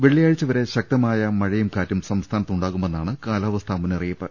വെള്ളിയാഴ്ചവരെ ശക്തമായ മഴയും കാറ്റും സംസ്ഥാനത്തുണ്ടാകുമെന്നാണ് കാലാവസ്ഥാമുന്നറിയി പ്പ്